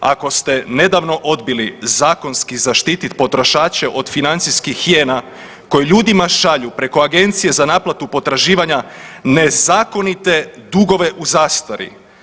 Ako ste nedavno odbili zakonski zaštititi potrošače od financijskih hijena koji ljudima šalju preko Agencije za naplatu potraživanja nezakonite dugove u zastari.